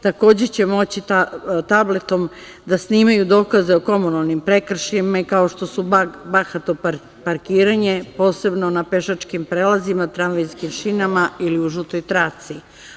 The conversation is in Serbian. Takođe će moći tabletom da snimaju dokaze o komunalnim prekršajima, kao što su bahato parkiranje, posebno na pešačkim prelazima, tramvajskim šinama ili u žutoj traci.